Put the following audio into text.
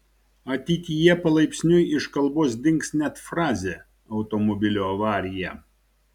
ateityje palaipsniui iš kalbos dings net frazė automobilio avarija